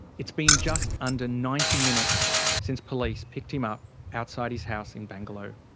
it's been just under ninety minutes since police picked him up outside his house in bangalow.